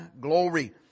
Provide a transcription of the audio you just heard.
glory